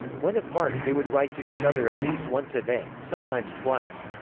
when apart, they would write to each other at least once a day sometimes twice.